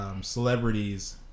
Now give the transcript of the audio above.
celebrities